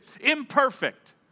imperfect